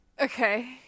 Okay